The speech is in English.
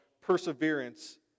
perseverance